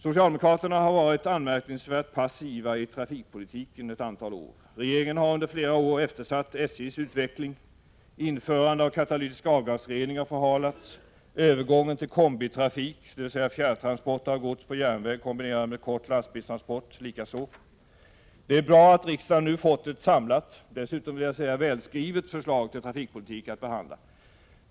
Socialdemokraterna har varit anmärkningsvärt passiva i trafikpolitiken. Regeringen har under flera år eftersatt SJ:s utveckling. Införande av katalytisk avgasrening har förhalats, övergången till kombitrafik, dvs. fjärrtransport av gods på järnväg kombinerad med kort lastbilstransport, likaså. Det är bra att riksdagen nu har fått ett samlat — dessutom välskrivet — förslag till trafikpolitik att behandla.